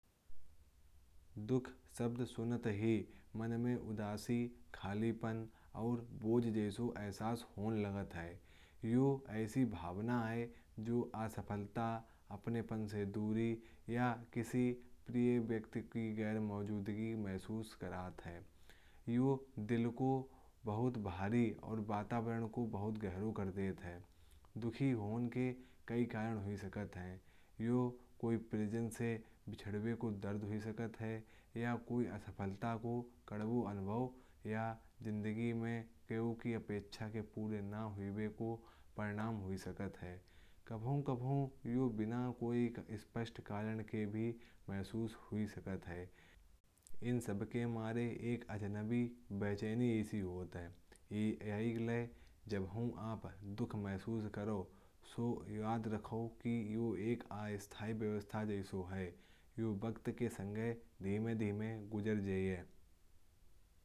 दुख शब्द सुनते ही मन में उदासी खालीपन और बोझ जैसे एहसास होने लागत है। ये ऐसी भावना है जो असफलता। अपनापन से दूरी या किसी प्रिय व्यक्ति की गैर मौजूदगी का अनुभव करति है। ये दिल को भारी और माहौल को घेरा कर देती है। दुखी भावना के कई कारण हो सकते हैं। जैसे किसी प्रियजन से बिछड़ने का दर्द। या किसी असफलता का कड़वा अनुभव। या ज़िंदगी में किए गए अपेक्षाओं के पूरे ना होने का परिणाम। कभी कभी ये बिना किसी स्पष्ट कारण के भी महसूस होता है। इन सबके साथ एक अजनबी बेचैनी होती है। जो तब होती है जब आप दुख महसूस करते हैं। इसलिए याद रखें कि ये एक अस्थाई अवस्था है। ये भावना भी धीरे धीरे गुजर जाएगी।